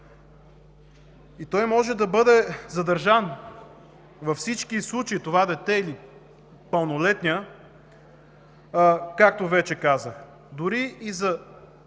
Той може да бъде задържан във всички случаи – това дете, или пълнолетният, както вече казах.